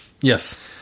Yes